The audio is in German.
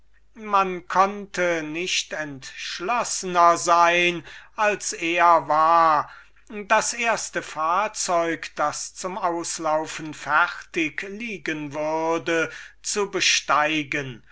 man konnte nicht entschlossener sein als er es beim ausgehen war das erste fahrzeug das er zum auslaufen fertig antreffen würde zu besteigen